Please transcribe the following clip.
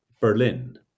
Berlin